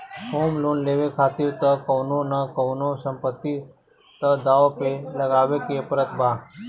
home loan लेवे खातिर तअ कवनो न कवनो संपत्ति तअ दाव पे लगावे के पड़त बा